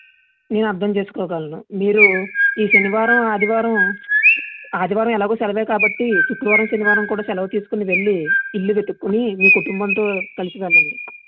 నేను అర్దం చేసుకోగలను మీరు ఈ శనివారం ఆదివారం ఆదివారం ఎలాగో సెలవే కాబట్టి శుక్రవారం శనివారం కూడా సెలవు తీసుకుని వెళ్ళి ఇల్లు వెతుక్కొని మీ కుటుంబంతో కలిసి వెళ్ళండి